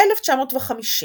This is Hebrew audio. ב-1950,